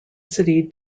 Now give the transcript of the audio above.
city